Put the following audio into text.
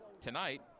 Tonight